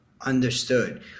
Understood